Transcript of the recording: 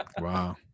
Wow